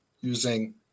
using